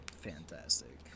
fantastic